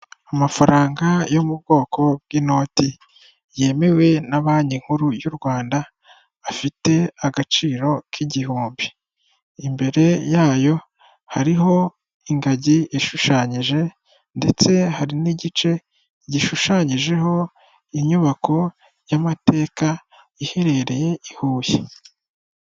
Amafaranga yo mu bwoko bw'inoti yemewe na Banki nkuru y'u Rwanda afite agaciro k'igihumbi. Imbere yayo hariho ingajyi ishushanyije, ndetse hari n'igice gishushanyijeho inyubako y'amateka iherereye i Huye.